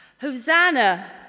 Hosanna